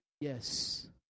yes